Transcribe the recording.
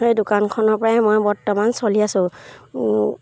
সেই দোকানখনৰ পৰাই মই বৰ্তমান চলি আছোঁ